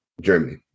Germany